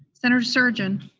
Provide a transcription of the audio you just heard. senator sturgeon?